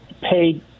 paid